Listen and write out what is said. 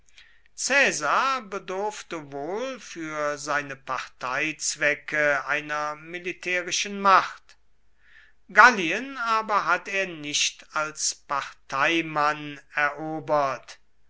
bedurfte wohl für seine parteizwecke einer militärischen macht gallien aber hat er nicht als parteimann erobert